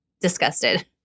disgusted